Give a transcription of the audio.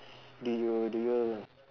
do you do you